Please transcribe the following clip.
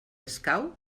escau